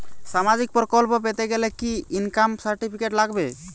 সামাজীক প্রকল্প পেতে গেলে কি ইনকাম সার্টিফিকেট লাগবে?